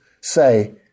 say